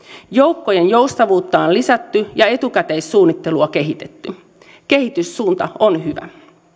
joukkojen joustavuutta on lisätty ja etukäteissuunnittelua kehitetty kehityssuunta on hyvä